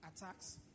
attacks